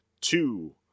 two